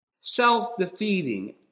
Self-defeating